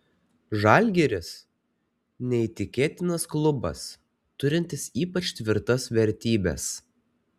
žalgiris neįtikėtinas klubas turintis ypač tvirtas vertybes